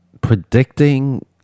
predicting